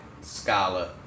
scholar